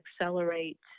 accelerate